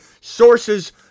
sources